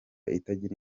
itagira